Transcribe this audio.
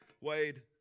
Wade